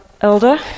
elder